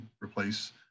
replace